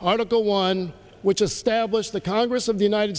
article one which established the congress of the united